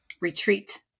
Retreat